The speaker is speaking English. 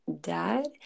dad